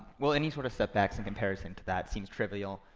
well, any sort of setbacks in comparison to that seems trivial.